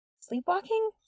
Sleepwalking